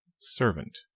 servant